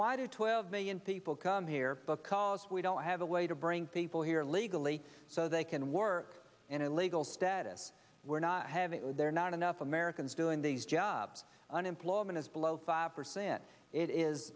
did twelve million people come here because we don't have a way to bring people here legally so they can work in a legal status we're not having there not enough americans doing these jobs unemployment is below five percent it is